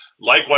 likewise